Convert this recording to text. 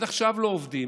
עד עכשיו לא עובדים.